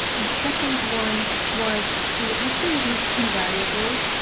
and second one was to actually use two variables,